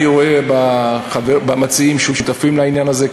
אני רואה במציעים שותפים לעניין הזה.